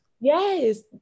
yes